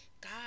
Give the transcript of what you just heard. God